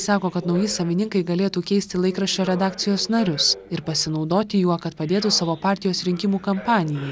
sako kad nauji savininkai galėtų keisti laikraščio redakcijos narius ir pasinaudoti juo kad padėtų savo partijos rinkimų kampanijai